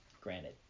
granted